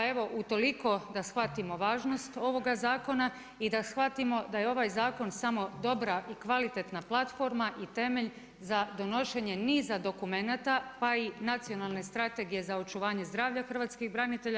Pa evo, utoliko da shvatimo važnost ovoga zakona i da shvatimo da je ovaj zakon samo dobra i kvalitetna platforma i temelj za donošenje niza dokumenata, pa i nacionalne strategije za očuvanje zdravlja hrvatskih branitelja.